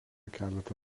keletą